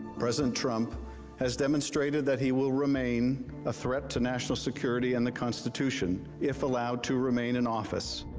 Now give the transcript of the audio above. president trump has demonstrated that he will remain a threat to national security in the constitution if allowed to remain in office.